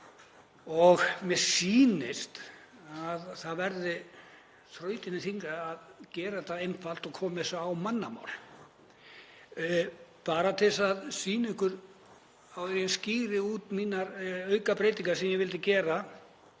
og mér sýnist að það verði þrautin þyngri að gera þetta einfalt og koma þessu á mannamál. Bara til að sýna ykkur og skýra út þær aukabreytingar sem ég vil gera